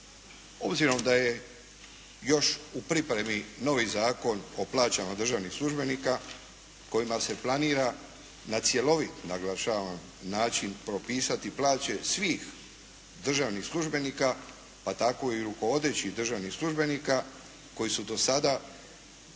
Obzirom da je još u pripremi novi Zakon o plaćama državnih službenika kojima se planira na cjelovit naglašavam način propisati plaće svih državnih službenika, pa tako i rukovodećih državnih službenika koji su do sada imali